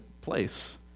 place